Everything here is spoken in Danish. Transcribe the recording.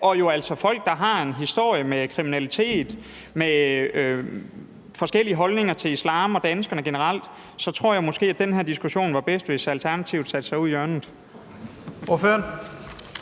og jo altså folk, der har en historie med kriminalitet og med forskellige holdninger til islam og danskerne generelt, så tror jeg måske, at den her diskussion var bedst, hvis Alternativet satte sig ud i hjørnet.